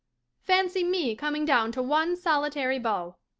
fancy me coming down to one solitary beau.